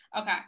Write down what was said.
okay